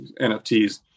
nfts